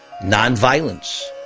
nonviolence